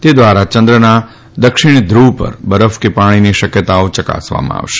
તે દ્વારા ચંદ્રના દક્ષિણ ધુવ પર બરફ કે પાણીની શક્યતાઓ યકાસવામાં આવશે